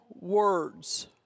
words